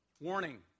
Warning